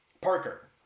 Parker